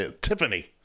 Tiffany